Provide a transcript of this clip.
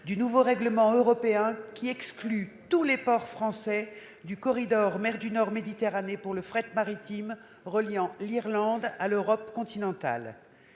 du nouveau règlement européen qui exclut tous les ports français du corridor mer du Nord-Méditerranée pour le fret maritime reliant l'Irlande à l'Europe continentale.